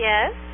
Yes